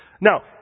Now